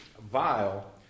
vile